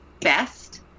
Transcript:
best